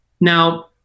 Now